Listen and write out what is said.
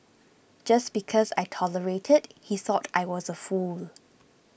just because I tolerated he thought I was a fool